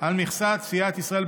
על פי ההצבעה,